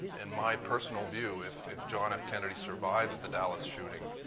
in my personal view, if if john f kennedy survives the dallas shooting,